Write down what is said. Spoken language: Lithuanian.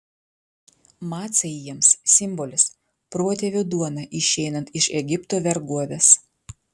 macai jiems simbolis protėvių duona išeinant iš egipto vergovės